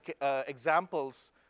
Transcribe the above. examples